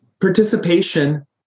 Participation